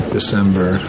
December